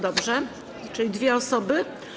Dobrze, czyli dwie osoby.